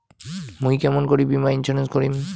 মুই কেমন করি বীমা ইন্সুরেন্স করিম?